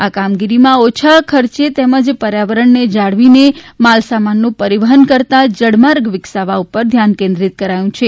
આ કામગીરીમાં ઓછા ખર્ચે તેમજ પર્યાવરણને જાળવીને માલસામાનનું પરિવહન કરતા જળમાર્ગ વિકસાવવા ઉપર ધ્યાન કેન્દ્રીત કરાયું છે